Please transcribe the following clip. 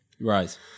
Right